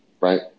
right